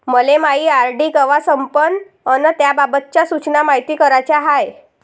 मले मायी आर.डी कवा संपन अन त्याबाबतच्या सूचना मायती कराच्या हाय